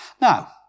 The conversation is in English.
Now